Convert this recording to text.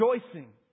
rejoicing